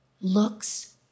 looks